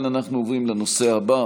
עוברים לנושא הבא